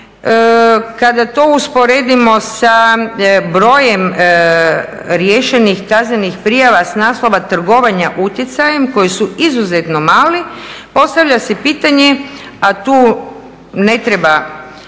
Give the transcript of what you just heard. Kada to usporedimo sa brojem riješenih kaznenih prijava s naslova trgovanja utjecajem koji su izuzetno mali, postavlja se pitanje, a tu ne treba